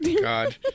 God